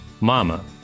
mama